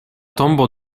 tombo